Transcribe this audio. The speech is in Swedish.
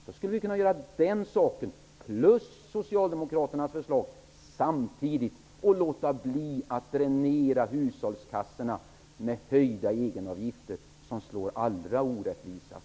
Man skulle kunna genomföra det förslaget och Socialdemokraternas förslag samtidigt. Då kan man låta bli att dränera hushållskassorna med höjda egenavgifter, som slår mest orättvist.